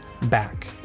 back